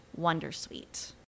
Wondersuite